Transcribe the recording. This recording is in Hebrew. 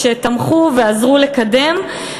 שתמכו ועזרו לקדם.